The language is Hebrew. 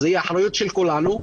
זו האחריות של כולנו.